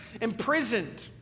imprisoned